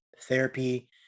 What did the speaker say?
therapy